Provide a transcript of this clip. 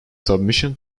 submission